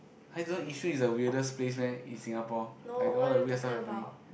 [huh] you don't know Yishun is the weirdest place meh in Singapore like all the weird stuff happening